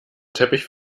teppich